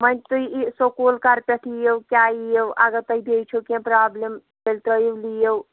وۄنۍ تُہۍ سکوٗل کَرٕ پٮ۪ٹھ یِیِو کیٛاہ یِیِو اگر تۄہہِ بیٚیہِ چھُو کیٚنٛہہ پرابلِم تیٚلہِ ترٛٲیِو لیٖو